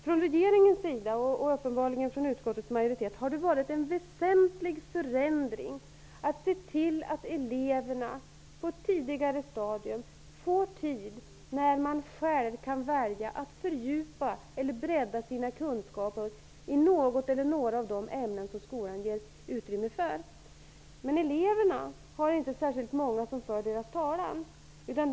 För regeringen, och uppenbarligen för utskottets majoritet, har det varit väsentligt att se till att eleverna på ett tidigare stadium får tid då de kan välja själva att fördjupa eller bredda sina kunskaper i något eller några av de ämnen som skolan ger utrymme för. Men eleverna har inte särskilt många som för deras talan.